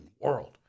world